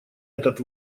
этот